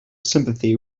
sympathy